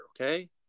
okay